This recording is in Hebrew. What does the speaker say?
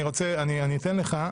אני אתן לך,